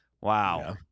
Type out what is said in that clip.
Wow